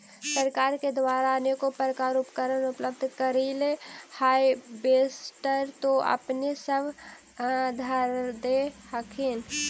सरकार के द्वारा अनेको प्रकार उपकरण उपलब्ध करिले हारबेसटर तो अपने सब धरदे हखिन?